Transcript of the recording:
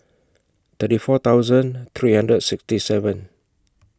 thirty four thousand three hundred and sixty seven